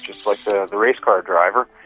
just like the the race car driver.